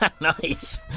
nice